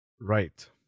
right